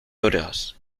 horas